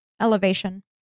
elevation